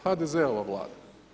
HDZ-ova vlada.